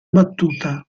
battuta